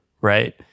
right